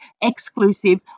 exclusive